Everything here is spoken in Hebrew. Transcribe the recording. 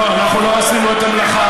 לא, אנחנו לא עשינו את המלאכה.